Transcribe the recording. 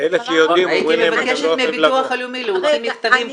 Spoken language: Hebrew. מבקשת מהביטוח הלאומי להוציא מכתבים,